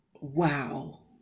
wow